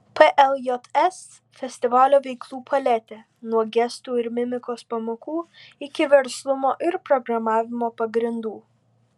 pljs festivalio veiklų paletė nuo gestų ir mimikos pamokų iki verslumo ir programavimo pagrindų